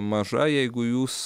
maža jeigu jūs